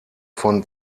von